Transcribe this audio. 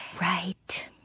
Right